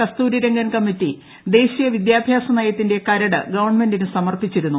കസ്തൂരി Rangan committee ദേശീയ വിദ്യാർട്ട്യാസ നയത്തിന്റെ കരട് ഗവൺമെന്റിന് സമർപ്പിച്ചിരുന്നു